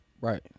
Right